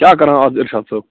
کیٛاہ کَران اَز اِرشاد صٲب